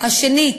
השני,